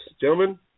gentlemen